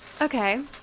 Okay